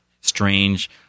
strange